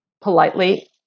politely